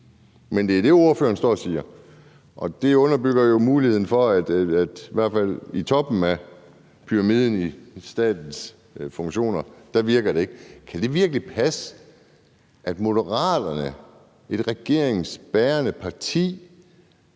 Men det er det, ordføreren står og siger, og det underbygger tanken om, at muligheden for, at der i hvert fald i toppen af pyramiden i statens funktioner er noget, der ikke virker. Kan det virkelig passe, at Moderaterne, et regeringsbærende parti,